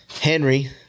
Henry